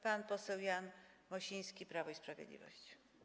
Pan poseł Jan Mosiński, Prawo i Sprawiedliwość.